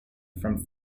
from